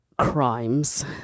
crimes